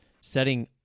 setting